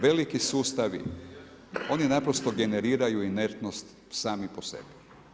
Veliki sustavi, oni naprosto generiraju inertnost sami po sebi.